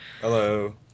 Hello